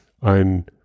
ein